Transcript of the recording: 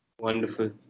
Wonderful